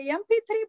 mp3